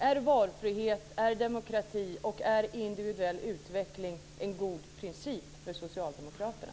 Är valfrihet, demokrati och individuell utveckling en god princip för Socialdemokraterna?